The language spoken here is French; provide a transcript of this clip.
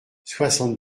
soixante